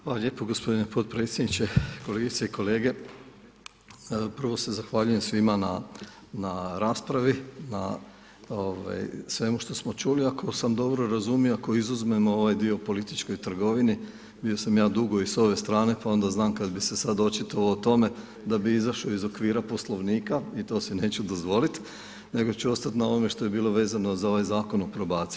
Hvala lijepo gospodine podpredsjedniče, kolegice i kolege prvo se zahvaljujem svima na raspravi na svemu što smo čuli, ako sam dobro razumio ako izuzmemo ovaj dio o političkoj trgovini gdje sam ja dugo i s ove strane, pa onda znam da kad bi se sad očitovao o tome da bi izašao iz okvira Poslovnika i to si neću dozvolit, nego ću ostati na ovome što je bilo vezano za ovaj Zakon o probaciji.